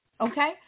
Okay